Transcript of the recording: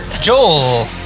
Joel